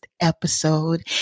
episode